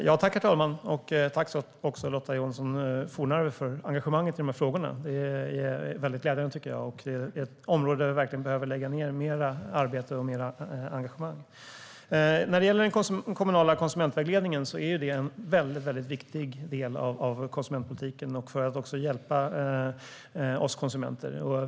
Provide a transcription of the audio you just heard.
Herr talman! Tack, Lotta Johnsson Fornarve, för engagemanget i de här frågorna! Det är glädjande, tycker jag, och det är ett område där vi verkligen behöver lägga ned mer arbete och engagemang. Den kommunala konsumentvägledningen är en viktig del av konsumentpolitiken för att hjälpa oss konsumenter.